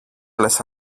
λες